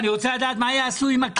אני רוצה לדעת מה יעשו עם הכסף הזה.